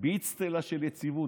באצטלה של יציבות.